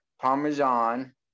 parmesan